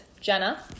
Jenna